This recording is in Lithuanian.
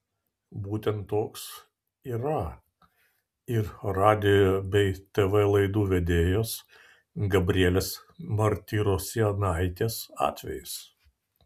būtent toks yra ir radijo bei tv laidų vedėjos gabrielės martirosianaitės atvejis